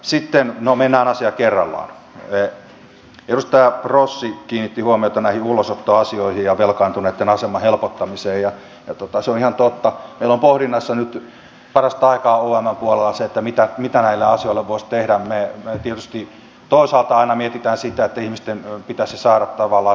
sitten no mennään asia kerrallaan edustaja rossi kiinnitti huomiota näihin ulosottoasioihin ja velkaantuneitten aseman helpottamiseen ja se on ihan totta meillä on pohdinnassa nyt parastaikaa omn puolella se mitä näille asioille voisi tehdä väki osti tuo saatana mietitään sitä ihmisten pitäisi saada tavalla